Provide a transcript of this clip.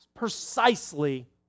precisely